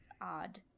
odd